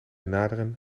naderen